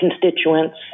constituents